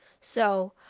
so,